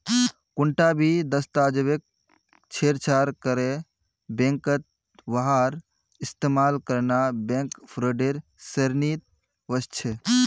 कुंटा भी दस्तावेजक छेड़छाड़ करे बैंकत वहार इस्तेमाल करना बैंक फ्रॉडेर श्रेणीत वस्छे